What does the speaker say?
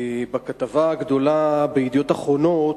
בכתבה הגדולה ב"ידיעות אחרונות"